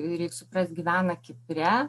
reik suprast gyvena kipre